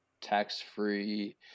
tax-free